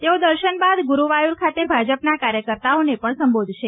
તેઓ દર્શન બાદ ગુરૂવાયુર ખાતે ભાજપના કાર્યકર્તાઓને પણ સંબોધશે